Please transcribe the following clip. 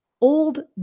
old